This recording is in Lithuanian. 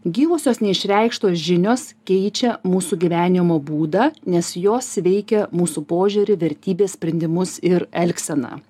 gyvosios neišreikštos žinios keičia mūsų gyvenimo būdą nes jos veikia mūsų požiūrį vertybes sprendimus ir elgseną